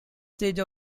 stage